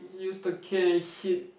he use the cane and hit